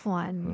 one